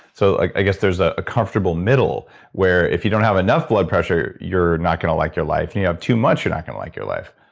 so i guess there's a comfortable middle where if you don't have enough blood pressure, you're not going to like your life. if and you have too much, you're not going to like your life